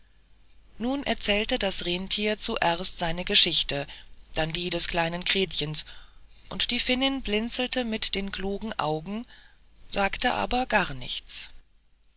nun erzählte das renntier zuerst seine geschichte dann die des kleinen gretchen und die finnin blinzelte mit den klugen augen sagte aber gar nichts